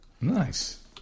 Nice